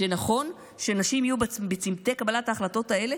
שנשים יהיו בצומתי קבלת ההחלטות האלה,